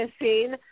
missing